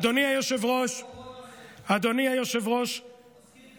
אדוני היושב-ראש, כן, בוא נעשה חשבון.